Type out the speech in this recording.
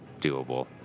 doable